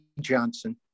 Johnson